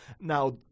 now